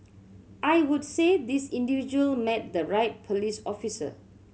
I would say this individual met the right police officer